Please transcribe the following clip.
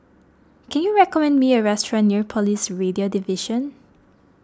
can you recommend me a restaurant near Police Radio Division